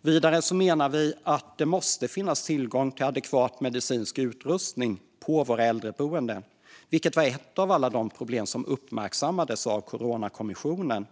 Vidare menar vi att det måste finnas tillgång till adekvat medicinsk utrustning på våra äldreboenden. Bristen på det var ett av alla de problem som uppmärksammades av Coronakommissionen.